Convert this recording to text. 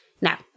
Now